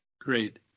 great